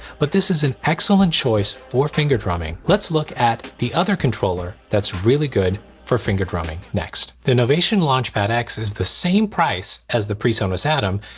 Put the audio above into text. but this is an excellent choice for finger drumming. let's look at the other controller that's really good for finger drumming next. the novation launchpad x is the same price as the presonus atom,